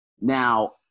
Now